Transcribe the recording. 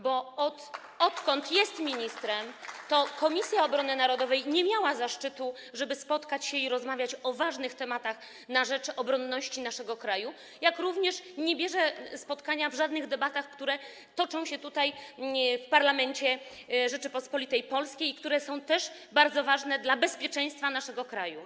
Bo odkąd jest ministrem, to Komisja Obrony Narodowej nie miała zaszczytu spotkać się i rozmawiać o ważnych tematach na rzecz obronności naszego kraju, jak również minister nie bierze udziału w spotkaniach, w żadnych debatach, które toczą się tutaj, w parlamencie Rzeczypospolitej Polskiej i które też są bardzo ważne dla bezpieczeństwa naszego kraju.